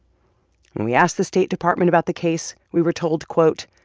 and we asked the state department about the case, we were told, quote,